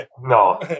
no